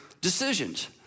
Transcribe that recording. decisions